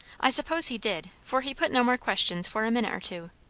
i suppose he did for he put no more questions for a minute or two.